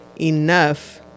enough